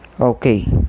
okay